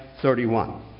31